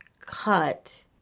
cut